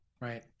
right